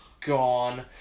gone